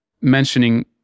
mentioning